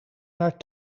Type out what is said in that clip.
naar